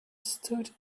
stood